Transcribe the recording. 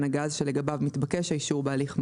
הגז שלגביו מתבקש האישור בהליך מהיר,